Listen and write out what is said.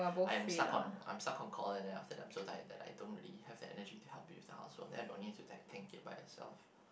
I'm stuck on I'm stuck on calling then after that I'm so tired that I don't really have the energy to help you with the housework then i don't want you to tank it by yourself